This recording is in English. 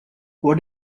what